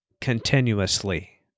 continuously